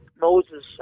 Moses